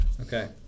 Okay